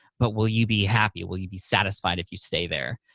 but will you be happy? will you be satisfied if you stay there?